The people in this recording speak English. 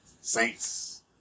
Saints